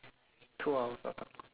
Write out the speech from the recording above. two hours of talking